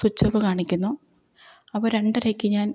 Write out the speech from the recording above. switch off കാണിക്കുന്നു അപ്പോള് രണ്ടരയ്ക്ക് ഞാൻ